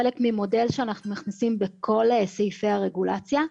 חלק ממודל שאנחנו מכניסים בכל סעיפי הרגולציה.